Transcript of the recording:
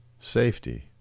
safety